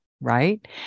Right